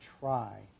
try